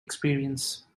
experience